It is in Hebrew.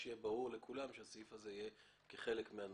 שיהיה ברור לכולם שהסעיף הזה יהיה חלק מהנוסח.